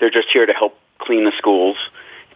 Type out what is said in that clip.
they're just here to help clean the schools